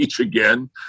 again